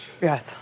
Yes